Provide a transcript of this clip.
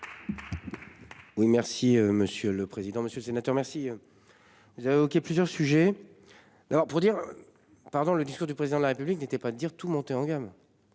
Oui, merci Monsieur. Le président, Monsieur le Sénateur merci. Vous avez évoqué plusieurs sujets. D'accord pour dire. Pardon, le discours du président de la République n'était pas dire tout monter en gamme.